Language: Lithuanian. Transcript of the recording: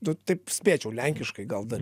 tu taip spėčiau lenkiškai gal dar